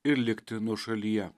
ir likti nuošalyje